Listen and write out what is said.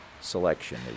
selection